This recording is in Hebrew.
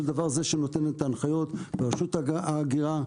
דבר זה שנותן את ההנחיות לרשות הגירה,